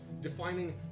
defining